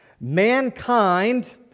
Mankind